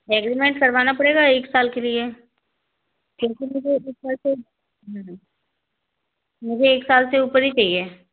agreement करवाना पड़ेगा एक साल के लिए मुझे एक साल से ऊपर ही चाहिए